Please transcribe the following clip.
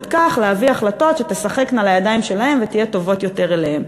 כך להביא החלטות שתשחקנה לידיים שלהם ויהיו טובות יותר כלפיהם.